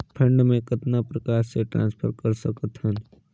Fund मे कतना प्रकार से ट्रांसफर कर सकत हन?